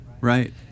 Right